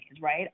right